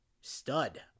stud